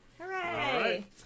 Hooray